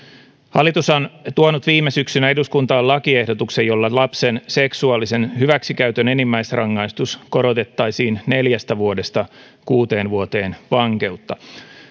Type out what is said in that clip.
hallitus on tuonut viime syksynä eduskuntaan lakiehdotuksen jolla lapsen seksuaalisen hyväksikäytön enimmäisrangaistus korotettaisiin neljästä vuodesta kuuteen vuoteen vankeutta